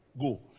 go